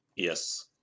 Yes